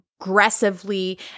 aggressively